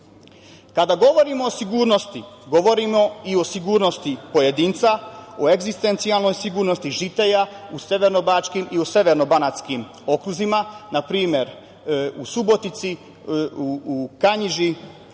govorimo o sigurnosti govorimo i o sigurnosti pojedinca u egzistencijalnoj sigurnosti žitelja u Severno-bačkim i Severno-banatskim okruzima, na primer, u Subotici, Kanjiži,